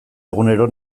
egunero